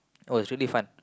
oh it was really fun